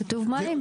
כתוב כאן מים.